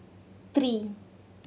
three